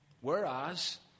Whereas